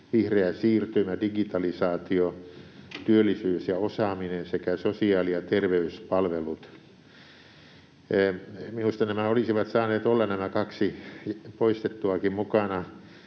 vihreä siirtymä, digitalisaatio, työllisyys ja osaaminen sekä sosiaali- ja terveyspalvelut. Minusta nämä kaksi poistettuakin olisivat